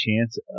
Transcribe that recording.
chance